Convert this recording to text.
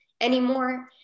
anymore